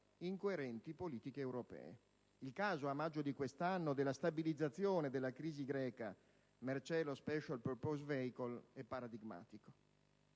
in coerenti politiche europee (il caso, a maggio di quest'anno, della stabilizzazione della crisi greca mercé lo *special purpose vehicle* è paradigmatico).